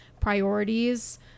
priorities